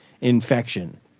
infection